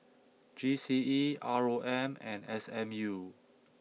G C E R O M and S M U